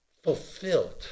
Fulfilled